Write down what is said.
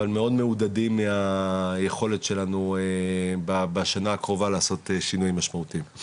אבל מאוד מעודדים מהיכולת שלנו בשנה הקרובה לעשות שינויים משמעותיים.